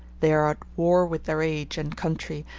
they are at war with their age and country,